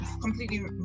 completely